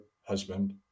husband